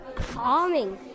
farming